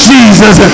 Jesus